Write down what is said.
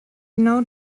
genau